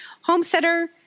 homesteader